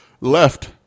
left